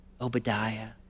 Obadiah